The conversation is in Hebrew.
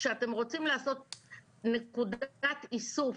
כשאתם רוצים לעשות נקודת איסוף,